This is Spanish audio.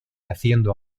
haciendo